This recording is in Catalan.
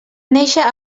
néixer